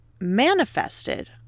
manifested